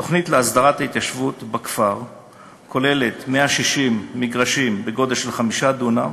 התוכנית להסדרת ההתיישבות בכפר כוללת 160 מגרשים בגודל של 5 דונם